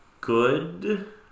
good